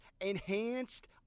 enhanced